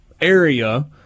area